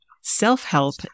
self-help